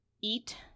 eat